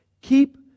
Keep